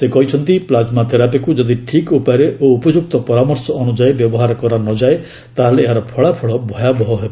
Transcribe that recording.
ସେ କହିଛନ୍ତି ପ୍ଲାଜମା ଥେରାପିକୁ ଯଦି ଠିକ୍ ଉପାୟରେ ଓ ଉପଯୁକ୍ତ ପରାମର୍ଶ ଅନ୍ତ୍ରଯାୟୀ ବ୍ୟବହାର କରାନଯାଏ ତାହେଲେ ଏହାର ଫଳାଫଳ ଭୟାବହ ହେବ